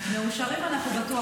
אז יאיר לפיד,